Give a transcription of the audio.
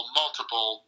multiple